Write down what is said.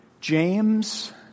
James